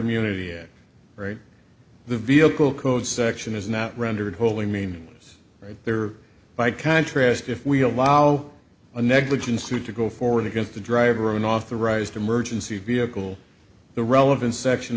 immunity here right the vehicle code section is not rendered wholly mean right there by contrast if we allow a negligent suit to go forward against the driver of unauthorized emergency vehicle the relevant section